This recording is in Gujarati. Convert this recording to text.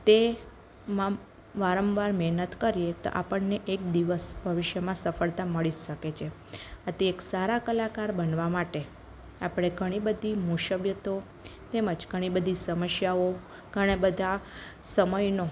તેમાં વારંવાર મેહનત કરીએ તો આપણને એક દિવસ ભવિષ્યમાં સફળતા મળી શકે છે તે એક સારા કલાકાર બનવા માટે આપણે ઘણી બધી મુસીબતો તેમજ ઘણી બધી સમસ્યાઓ સમસ્યાઓ ઘણાં બધાં સમયનો